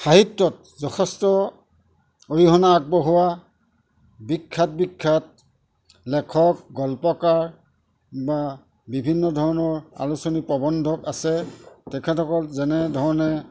সাহিত্যত যথেষ্ট অৰিহণা আগবঢ়োৱা বিখ্যাত বিখ্যাত লেখক গল্পকাৰ বা বিভিন্ন ধৰণৰ আলোচনী প্ৰবন্ধক আছে তেখেতসকল যেনেধৰণে